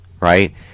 Right